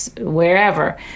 wherever